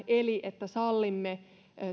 eli se että sallimme